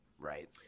Right